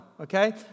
okay